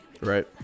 Right